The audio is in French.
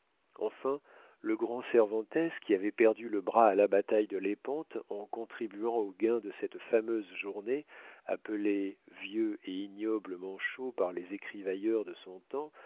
enfin le grand cervantès qui avait perdu le bras à la bataille de lépante en contribuant au gain de cette fameuse journée appelé vieux et ignoble manchot par les écrivailleurs de son temps